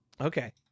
Okay